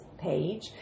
page